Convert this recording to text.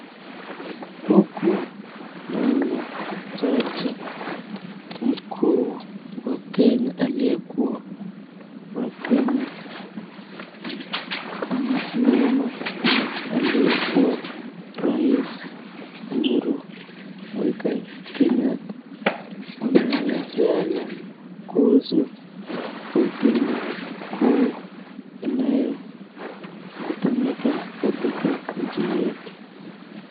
Huku naona jaji mkuu wa Kenya aliyekuwa wa Kenya anasimama na aliyekuwa rais Uhuru Mwigai Kenyatta. Wanaelezeana kuhusu kortini kuu inayotumika katika nchi yettu.